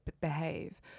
behave